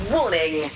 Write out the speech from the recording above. Warning